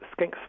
skinks